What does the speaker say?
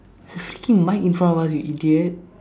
there's a freaking mic in front of us you idiot